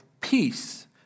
peace